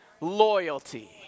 loyalty